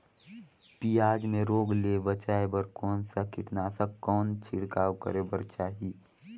पियाज मे रोग ले बचाय बार कौन सा कीटनाशक कौन छिड़काव करे बर चाही?